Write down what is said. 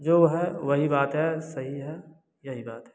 जो है वही बात है सही है यही बात है